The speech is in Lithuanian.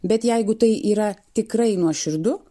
bet jeigu tai yra tikrai nuoširdu